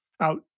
out